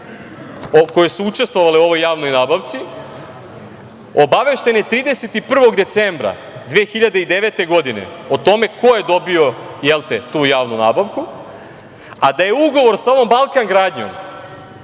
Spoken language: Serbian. koje su učestvovale u ovoj javnoj nabavci obaveštene 31. decembra 2009. godine o tome ko je dobio tu javnu nabavku, a da je ugovor sa ovom „Balkan gradnjom“